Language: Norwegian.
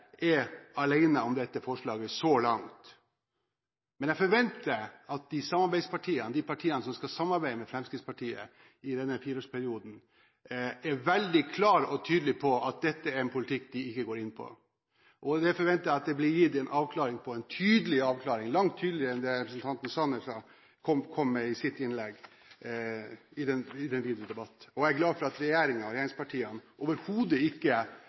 er alene om dette forslaget så langt, men jeg forventer at de partiene som skal samarbeide med Fremskrittspartiet i denne fireårsperioden, er veldig klar og tydelig på at dette er en politikk de ikke går med på. Det er forventet at det blir gitt en tydelig avklaring – langt tydeligere enn den representanten Sanner kom med i sitt innlegg – i den videre debatt. Og jeg er glad for at regjeringen og regjeringspartiene overhodet ikke